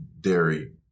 dairy